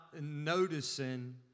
noticing